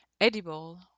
edible